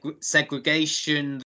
segregation